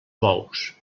bous